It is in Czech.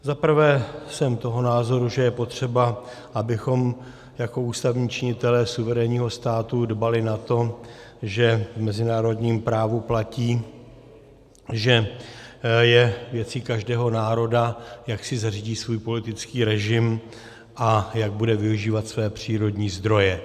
Za prvé jsem toho názoru, že je potřeba, abychom jako ústavní činitelé suverénního státu dbali na to, že v mezinárodním právu platí, že je věcí každého národa, jak si zařídí svůj politický režim a jak bude využívat své přírodní zdroje.